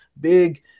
big